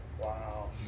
Wow